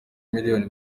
miliyoni